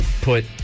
put